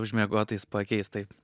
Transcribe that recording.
užmiegotais paakiais taip